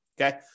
Okay